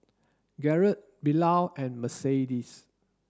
Garret Bilal and Mercedes